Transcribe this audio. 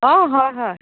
অ' হয় হয়